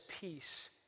peace